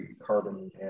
carbon